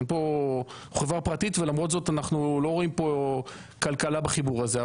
אנחנו חברה פרטית ולמרות זאת אנחנו לא רואים פה כלכלה בחיבור הזה,